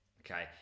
okay